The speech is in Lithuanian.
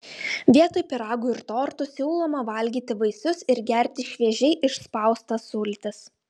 vietoj pyragų ir tortų siūloma valgyti vaisius ir gerti šviežiai išspaustas sultis